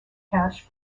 cash